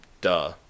duh